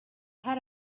had